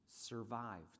survived